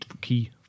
key